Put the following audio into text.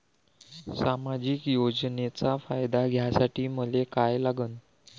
सामाजिक योजनेचा फायदा घ्यासाठी मले काय लागन?